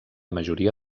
majoria